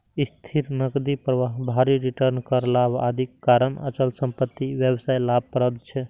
स्थिर नकदी प्रवाह, भारी रिटर्न, कर लाभ, आदिक कारण अचल संपत्ति व्यवसाय लाभप्रद छै